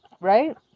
Right